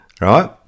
right